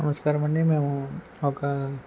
నమస్కారం అండి మేము ఒక